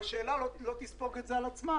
אבל שאל על לא תספוג את זה בעצמה,